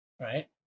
right